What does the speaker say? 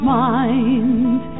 mind